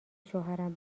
شوهرم